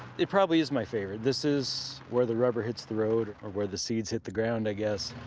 it probably is my favorite. this is where the rubber hits the road, or where the seeds hit the ground i guess.